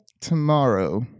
Tomorrow